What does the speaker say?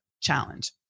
challenge